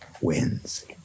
Wins